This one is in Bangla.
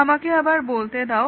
আমি আবার বলতে দাও